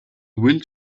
wind